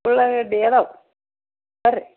ಉಳ್ಳಾಗಡ್ಡೆ ಅದಾವು ಬನ್ರಿ